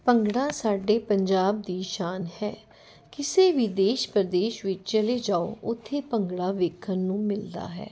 ਭੰਗੜਾ ਸਾਡੇ ਪੰਜਾਬ ਦੀ ਸ਼ਾਨ ਹੈ ਕਿਸੇ ਵੀ ਦੇਸ਼ ਪ੍ਰਦੇਸ਼ ਵਿੱਚ ਚਲੇ ਜਾਓ ਉੱਥੇ ਭੰਗੜਾ ਵੇਖਣ ਨੂੰ ਮਿਲਦਾ ਹੈ